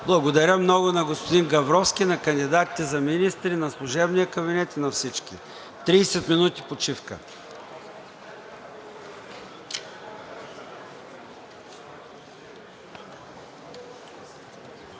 Благодаря много на господин Габровски, на кандидатите за министри, на служебния кабинет и на всички. Почивка